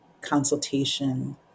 consultation